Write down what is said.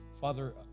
Father